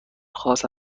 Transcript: خاص